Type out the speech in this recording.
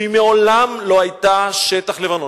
והיא מעולם לא היתה שטח לבנוני.